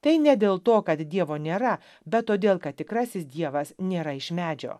tai ne dėl to kad dievo nėra bet todėl kad tikrasis dievas nėra iš medžio